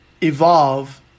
evolve